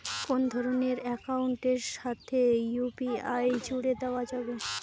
কোন ধরণের অ্যাকাউন্টের সাথে ইউ.পি.আই জুড়ে দেওয়া যাবে?